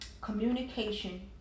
Communication